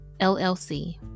LLC